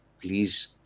please